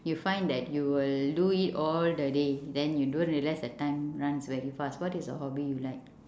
you find that you will do it all the day then you don't realise the time runs very fast what is a hobby you like